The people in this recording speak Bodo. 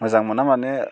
मोजां मोना माने